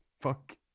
Fuck